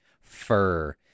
fur